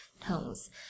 tones